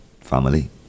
Family